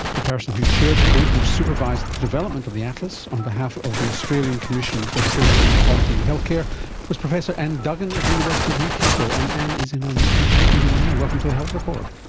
the person who chaired the group which supervised the development of the atlas on behalf of the australian commission for safety and quality in healthcare was professor anne duggan of the university of newcastle. and anne is in our newcastle studio now. welcome to the health report.